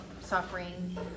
suffering